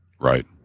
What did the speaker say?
right